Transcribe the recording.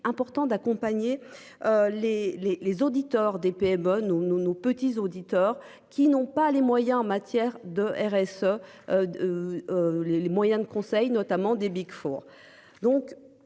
important d'accompagner. Les les les auditeurs des Pays-Bas nous nos petits auditeurs qui n'ont pas les moyens en matière de RSA. Les, les moyens de conseils, notamment des Big Four.